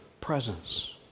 presence